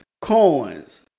coins